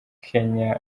kenya